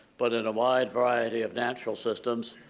but in a wide variety of natural systems,